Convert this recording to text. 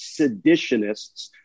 seditionists